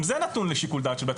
גם זה נתון לשיקול דעת של בית המשפט.